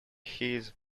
his